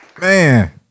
Man